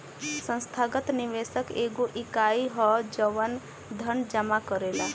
संस्थागत निवेशक एगो इकाई ह जवन धन जामा करेला